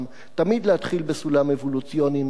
תמיד להתחיל בסולם אבולוציוני נמוך,